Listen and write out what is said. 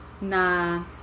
Na